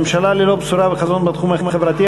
ממשלה ללא בשורה וחזון בתחום החברתי,